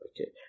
Okay